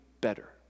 better